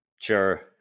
sure